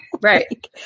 Right